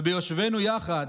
וביושבנו יחד